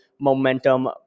momentum